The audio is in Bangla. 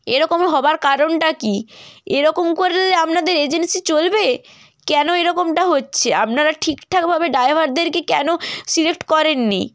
এরকম হবার কারণটা কী এরকম করলে আপনাদের এজেন্সি চলবে কেন এরকমটা হচ্ছে আপনারা ঠিকঠাকভাবে ড্রাইভারদেরকে কেন সিলেক্ট করেন নি